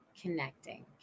connecting